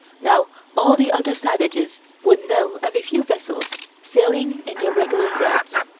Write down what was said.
now all the other savages would know of a few vessels sailing in their regular routes,